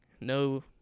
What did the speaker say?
no